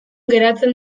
geratzen